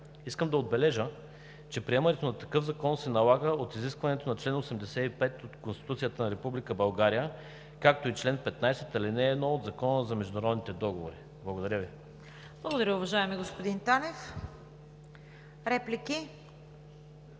Искам да отбележа, че приемането на такъв закон се налага от изискването на чл. 85 от Конституцията на Република България, както и чл. 15, ал. 1 от Закона за международните договори. Благодаря Ви. ПРЕДСЕДАТЕЛ ЦВЕТА КАРАЯНЧЕВА: Благодаря, уважаеми господин Танев. Реплики?